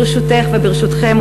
ברשותך וברשותכם,